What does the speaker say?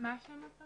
אני אנסה לדבר